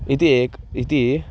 इति एकम् इति